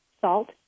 salt